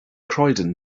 croydon